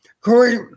Corey